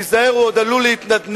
תיזהר, הוא עוד עלול להתנדנד,